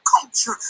culture